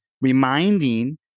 reminding